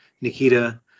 Nikita